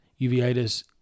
uveitis